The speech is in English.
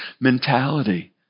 mentality